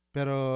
Pero